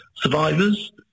survivors